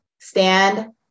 stand